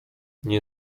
nie